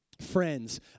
friends